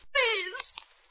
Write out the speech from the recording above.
Please